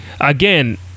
again